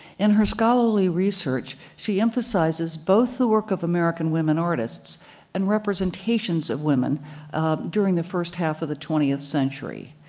in her scholarly research, she emphasizes both the work of american women artists and representations of women during the first half of the twentieth century.